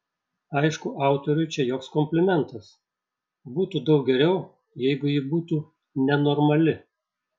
aišku autoriui čia joks komplimentas būtų daug geriau jeigu ji būtų nenormali